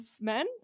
men